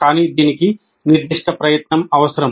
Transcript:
కానీ దీనికి నిర్దిష్ట ప్రయత్నం అవసరం